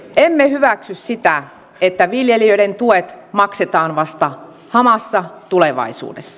emme hyväksy sitä että viljelijöiden tuet maksetaan vasta hamassa tulevaisuudessa